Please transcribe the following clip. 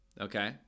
Okay